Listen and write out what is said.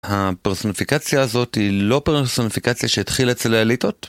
הפרסוניפיקציה הזאת היא לא פרסוניפיקציה שהתחילה אצל האליטות?